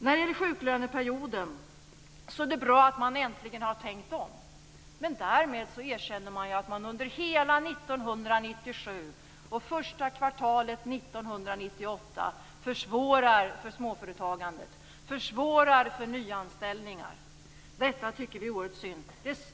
När det gäller sjuklöneperioden är det bra att man äntligen har tänkt om. Men därmed erkänner man ju att man under hela 1997 och första kvartalet 1998 försvårar för småföretagandet, försvårar för nyanställningar. Detta tycker vi är oerhört synd.